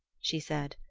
she said.